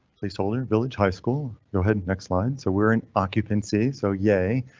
placeholder and village high school. go ahead and next slide so we're in occupancy. so yay,